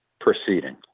proceeding